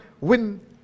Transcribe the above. win